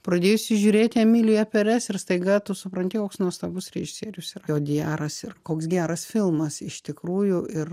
pradėjusi žiūrėti emilija perez ir staiga tu supranti koks nuostabus režisierius yra audiaras ir koks geras filmas iš tikrųjų ir